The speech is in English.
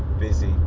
busy